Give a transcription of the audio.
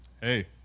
Hey